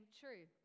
true